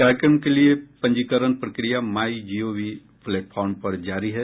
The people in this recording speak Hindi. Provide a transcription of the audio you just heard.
कार्यक्रम के लिए पंजीकरण प्रक्रिया माईजीओवी प्लेटफॉर्म पर जारी है